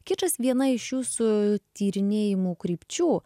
kičas viena iš jūsų tyrinėjimų krypčių